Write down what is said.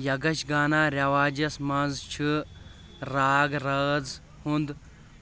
یگشگانا رٮ۪واجس منٛز چھِ راگ رٲژ ہُنٛد